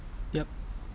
yup